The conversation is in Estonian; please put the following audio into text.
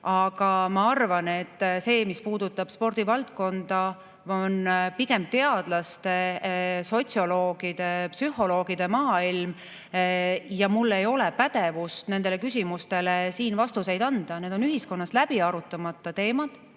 Ma arvan, et see, mis puudutab spordivaldkonda, on pigem teadlaste, sotsioloogide ja psühholoogide maailm. Mul ei ole pädevust nendele küsimustele siin vastuseid anda. Need on ühiskonnas läbi arutamata teemad.